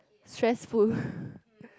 stressful